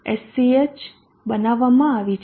sch બનાવવામાં આવી છે